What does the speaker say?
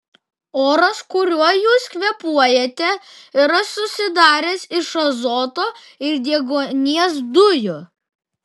oras kuriuo jūs kvėpuojate yra susidaręs iš azoto ir deguonies dujų